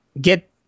get